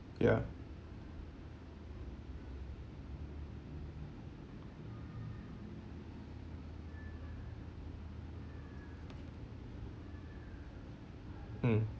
ya mm